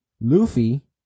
Luffy